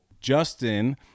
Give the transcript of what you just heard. Justin